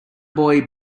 boy